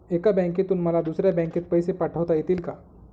एका बँकेतून मला दुसऱ्या बँकेत पैसे पाठवता येतील का?